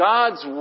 God's